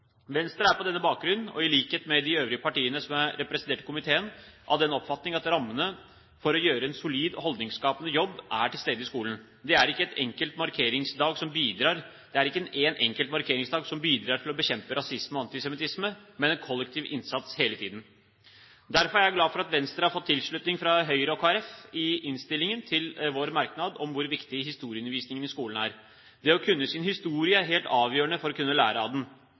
Venstre er på denne bakgrunn, i likhet med de øvrige partiene som er representert i komiteen, av den oppfatning at rammene for å gjøre en solid holdningsskapende jobb er til stede i skolen. Det er ikke en enkelt markeringsdag som bidrar til å bekjempe rasisme og antisemittisme, men en kollektiv innsats hele tiden. Derfor er jeg glad for at Venstre har fått tilslutning fra Høyre og Kristelig Folkeparti i innstillingen til vår merknad om hvor viktig historieundervisningen i skolen er. Det å kunne sin historie er helt avgjørende for å kunne lære av den.